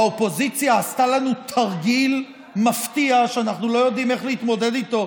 האופוזיציה עשתה לנו תרגיל מפתיע שאנחנו לא יודעים איך להתמודד איתו,